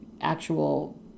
actual